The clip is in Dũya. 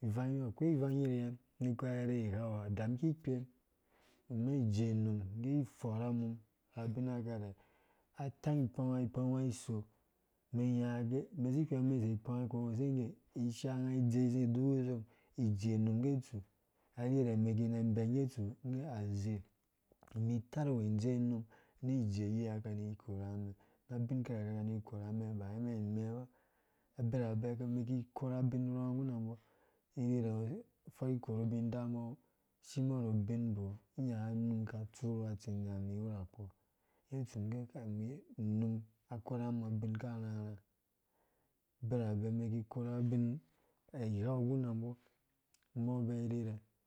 unum ki ikora arherhe igham ha da umum ki kperu ama ije num-ngge ifɔrha umum ra abina kɛlɛ atang ikpawa ikpawa iso umɛn iuyang gɛ umɛn si ihwengmen use ikpawai ikoru gusengge ishaange idze izi idiku song? Ijee-num ngge itsu har irherhe num kina inbek ngge itsu ngge aze mi itarwɛɛ indzee unum ni ijee yi ha unga unga ka ni ikora umɛn na abin kirkɛ wai umɛn imɛ ba abira bɛ umum ki ikore abin ngguna umbɔ irherhe afɔrh ikorhu ubin adambɔ ashimbɔ ru ubinbo ru nyaka unum ka atsuruwa utsindi miiwura kpɔ ngge itsu umum ngge kai mi, unum akorunga umum abin karharha abirabɛ umɛn ki ikora abin ighau ngguna umbɔ umbɔ bɛ irherhe